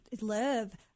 live